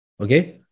okay